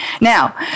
Now